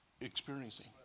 experiencing